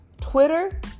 Twitter